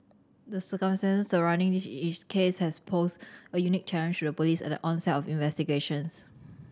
the circumstances surrounding this case has posed a unique challenge to the Police at the onset of investigations